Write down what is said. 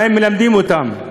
מה מלמדים אותם,